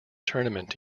tournament